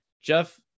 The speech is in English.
jeff